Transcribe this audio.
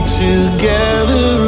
together